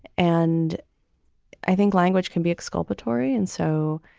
and i think language can be exculpatory and so.